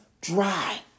dry